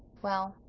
well,